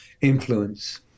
influence